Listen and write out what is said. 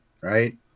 right